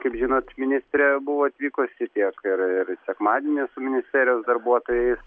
kaip žinot ministrė buvo atvykusi tiek ir ir sekmadienį su ministerijos darbuotojais